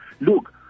Look